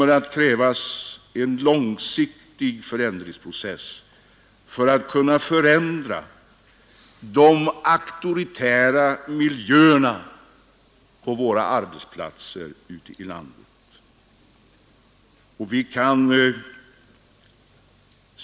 För vi måste räkna med en ganska långsiktig process för att förändra de auktoritära miljöerna på arbetsplatserna ute i landet.